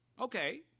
Okay